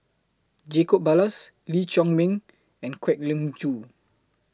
Jacob Ballas Lee Chiaw Meng and Kwek Leng Joo